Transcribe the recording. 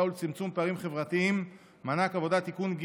ולצמצום פערים חברתיים (מענק עבודה) (תיקון,